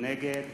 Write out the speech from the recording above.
נגד